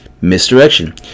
Misdirection